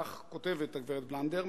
כך כותבת הגברת בלאנדר,